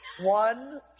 one